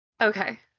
okay